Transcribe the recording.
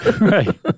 Right